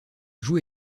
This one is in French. joue